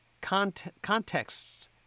contexts